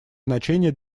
значение